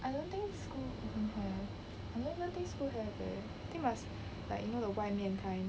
I don't think so don't have I don't think school have leh I think must you know the 外面 kind